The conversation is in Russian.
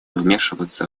вмешиваться